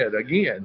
again